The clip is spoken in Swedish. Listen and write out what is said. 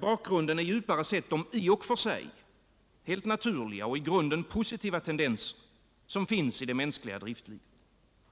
Bakgrunden är, djupare sett, de i och för sig helt naturliga och i grunden positiva tendenser som finns i det mänskliga driftlivet.